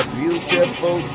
beautiful